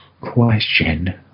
question